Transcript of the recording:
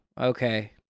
Okay